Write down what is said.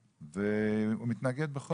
והוא מתנגד בכל תוקף.